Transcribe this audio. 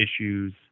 issues